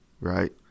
right